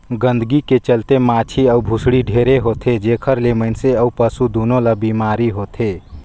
गंदगी के चलते माछी अउ भुसड़ी ढेरे होथे, जेखर ले मइनसे अउ पसु दूनों ल बेमारी होथे